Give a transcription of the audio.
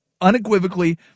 unequivocally